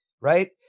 Right